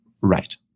right